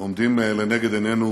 עומדים לנגד עינינו